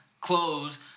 clothes